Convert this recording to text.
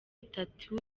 itatu